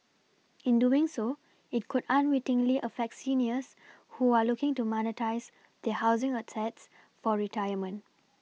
in doing so it could unwittingly affect seniors who are looking to monetise their housing assets for retirement